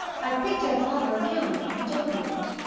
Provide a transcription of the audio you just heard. i picked up bolivar county and opened it,